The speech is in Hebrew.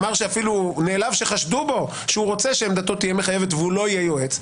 שאפילו נעלב שחשדו בו שעמדתו תהיה מחייבת והוא לא יהיה יועץ.